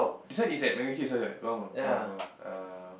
this one is at MacRitchie also err